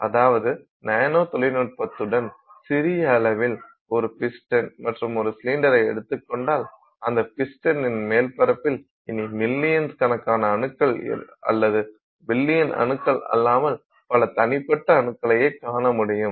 அதாவது நானோ தொழில்நுட்பத்துடன் சிறிய அளவில் ஒரு பிஸ்டன் மற்றும் ஒரு சிலிண்டரை எடுத்துக் கொண்டால் அந்த பிஸ்டனின் மேற்பரப்பில் இனி மில்லியன் கணக்கான அணுக்கள் அல்லது பில்லியன் அணுக்கள் அல்லாமல் பல தனிப்பட்ட அணுக்களையே காண முடியும்